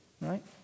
Right